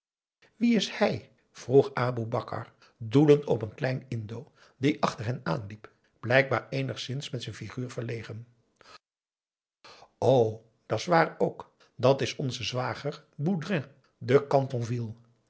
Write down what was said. wie is hij vroeg aboe bakar doelend op een kleinen indo die achter hen aan liep blijkbaar eenigszins met z'n figuur verlegen o da's waar ook dat is onze zwager boudrin de chatonville